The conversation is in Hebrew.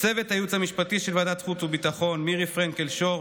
לצוות הייעוץ המשפטי של ועדת חוץ וביטחון: למירי פרנקל שור,